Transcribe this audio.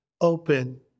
open